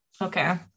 okay